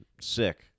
sick